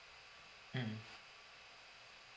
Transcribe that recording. mm